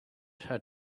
had